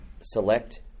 select